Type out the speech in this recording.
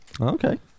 Okay